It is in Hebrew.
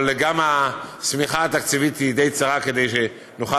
אבל גם השמיכה התקציבית היא צרה מכדי שנוכל